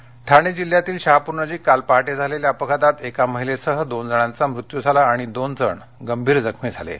अपघात ठाणे जिल्ह्यातील शहापूरनजिक काल पहाटे झालेल्या अपघातात एका महिलेसह दोन जणांचा मृत्यू झाला आणि दोन जण गंभीर जखमी झाले आहेत